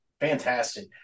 Fantastic